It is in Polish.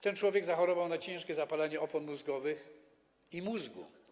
Ten człowiek zachorował na ciężkie zapalenie opon mózgowych i mózgu.